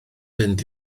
fynd